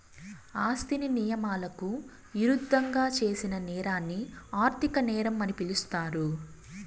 ఆస్తిని నియమాలకు ఇరుద్దంగా చేసిన నేరాన్ని ఆర్థిక నేరం అని పిలుస్తారు